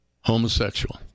homosexual